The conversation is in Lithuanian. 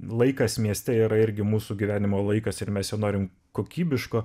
laikas mieste yra irgi mūsų gyvenimo laikas ir mes jo norim kokybiško